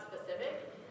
specific